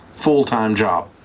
full time job?